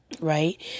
right